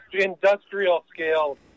Industrial-scale